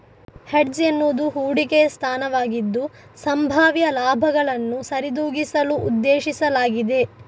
hedge ಎನ್ನುವುದು ಹೂಡಿಕೆಯ ಸ್ಥಾನವಾಗಿದ್ದು, ಸಂಭಾವ್ಯ ಲಾಭಗಳನ್ನು ಸರಿದೂಗಿಸಲು ಉದ್ದೇಶಿಸಲಾಗಿದೆ